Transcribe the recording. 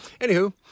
Anywho